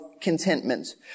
contentment